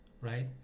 right